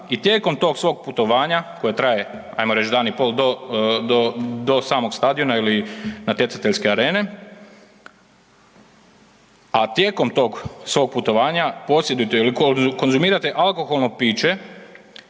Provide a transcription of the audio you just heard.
i tijekom tog svog putovanja koje traje ajmo reći dan i po do samog stadiona ili natjecateljske arene, a tijekom tog svog putovanja posjedujete ili konzumirate alkoholno piće